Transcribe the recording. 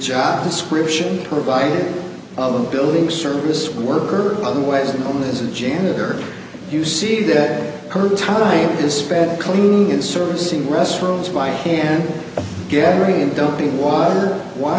job description provided of the building service worker otherwise known as a janitor you see that her time is spent cleaning and servicing restrooms by hand gathering and don't be water w